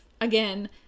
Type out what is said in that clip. Again